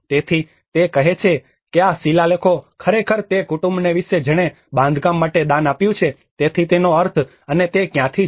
તેથી તે કહે છે કે આ શિલાલેખો ખરેખર તે કુટુંબ વિશે છે જેણે બાંધકામ માટે દાન આપ્યું છે તેથી તેનો અર્થ અને તે ક્યાંથી છે